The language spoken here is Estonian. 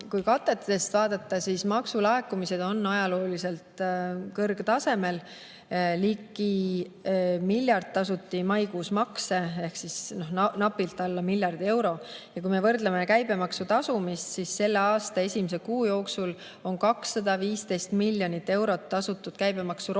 Kui katteid vaadata, siis maksulaekumised on ajalooliselt kõrgel tasemel. Maikuus tasuti ligi miljardi eest makse ehk napilt alla miljardi euro. Kui me võrdleme käibemaksu tasumist, siis selle aasta esimese kuu jooksul on 215 miljonit eurot tasutud käibemaksu rohkem